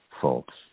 folks